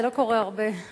זה לא קורה הרבה,